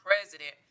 president